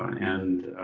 and,